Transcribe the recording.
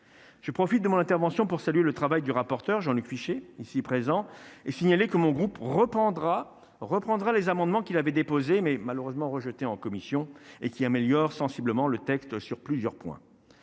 Je profite de mon intervention pour saluer le travail du rapporteur Jean-Luc Fichet ici présent et signaler que mon groupe reprendra reprendra les amendements qu'il avait déposée mais malheureusement rejeté en commission et qui améliore sensiblement le texte sur plusieurs points,